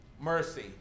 mercy